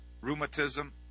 rheumatism